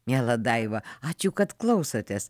miela daiva ačiū kad klausotės